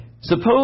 Suppose